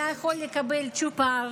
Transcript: היה יכול לקבל צ'ופר: